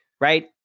right